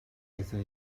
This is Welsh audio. aethon